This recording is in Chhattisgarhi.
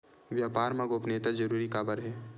व्यापार मा गोपनीयता जरूरी काबर हे?